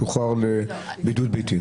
שוחרר לבידוד ביתי?